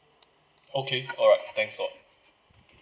okay alright thanks a lot